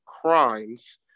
Crimes